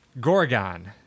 Gorgon